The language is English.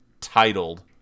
titled